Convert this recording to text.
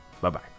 Bye-bye